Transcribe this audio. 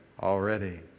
already